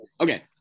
Okay